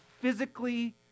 physically